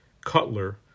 cutler